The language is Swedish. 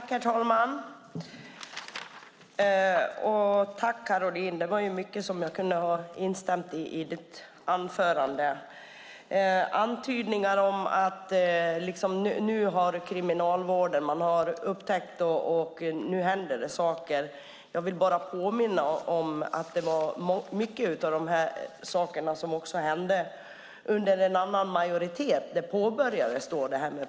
Herr talman! Tack, Caroline, det var mycket i ditt anförande som jag hade kunnat instämma i. När det gäller antydningar om att man har upptäckt kriminalvården och att det nu händer saker vill jag bara påminna om att många av de här sakerna också hände under en annan majoritet.